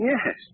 Yes